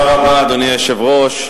אדוני היושב-ראש,